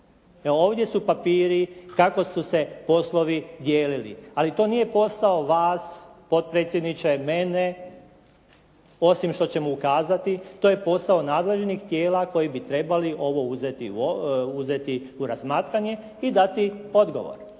Ovdje su papiri kako su poslovi dijelili. Ali to nije posao vas potpredsjedniče mene osim što ćemo ukazati. To je posao nadležnih tijela koji bi trebali ovo uzeti u razmatranje i dati odgovor.